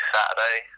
Saturday